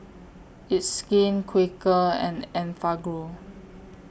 It's Skin Quaker and Enfagrow